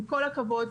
עם כל הכבוד,